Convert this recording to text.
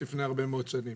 לפני הרבה מאוד שנים